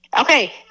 Okay